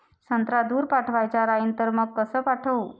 संत्रा दूर पाठवायचा राहिन तर मंग कस पाठवू?